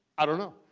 i don't know.